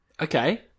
Okay